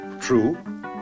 true